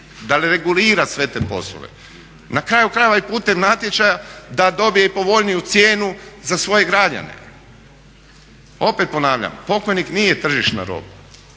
da regulira sve te poslove. Na kraju krajeva i putem natječaja da dobije i povoljniju cijenu za svoje građane. Opet ponavljam, pokojnik nije tržišna roba.